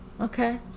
Okay